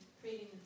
creating